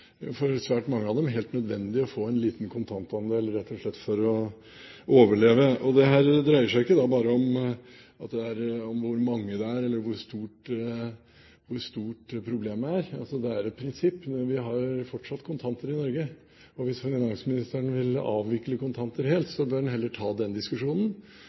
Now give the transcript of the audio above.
for svært mange av dem helt nødvendig å få en liten kontantandel rett og slett for å overleve. Dette dreier seg ikke bare om hvor mange det er, eller om hvor stort problemet er. Det er et prinsipp. Vi har fortsatt kontanter i Norge. Hvis finansministeren vil avvikle kontanter helt, bør han heller ta den diskusjonen